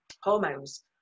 hormones